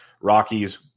Rockies